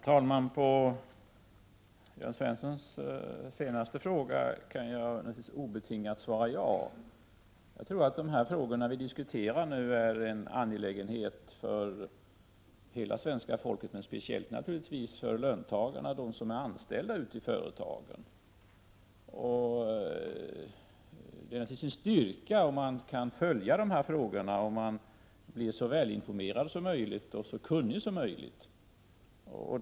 Herr talman! På Jörn Svenssons senaste fråga kan jag obetingat svara ja. Jag tror att de frågor vi nu diskuterar gäller angelägenheter för hela svenska folket men naturligtvis speciellt för löntagarna, för dem som är anställda ute i företagen. För att man skall kunna följa dessa frågor är det naturligtvis en styrka, om man blir så välinformerad och kunnig som möjligt.